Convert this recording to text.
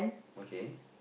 okay